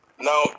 Now